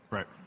Right